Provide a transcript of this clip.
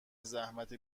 زحمت